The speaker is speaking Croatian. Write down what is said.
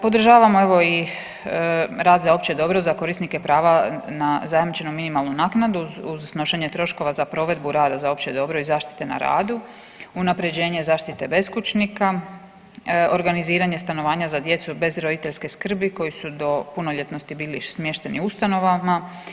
Podržavam evo i rad za opće dobro, za korisnike prava na zajamčenu minimalnu naknadu uz snošenje troškova za provedbu rada za opće dobro i zaštite na radu, unapređenje zaštite beskućnika, organiziranje stanovanja za djecu bez roditeljske skrbi koji su do punoljetnosti bili smješteni u ustanovama.